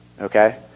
Okay